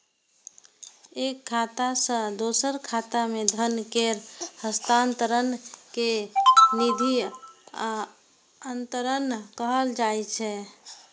एक खाता सं दोसर खाता मे धन केर हस्तांतरण कें निधि अंतरण कहल जाइ छै